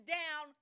down